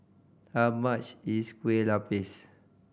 how much is Kueh Lupis